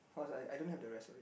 cause I I don't have the rest of it